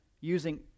using